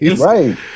right